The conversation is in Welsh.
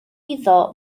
iddo